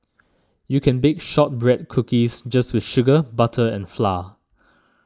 you can bake Shortbread Cookies just with sugar butter and flour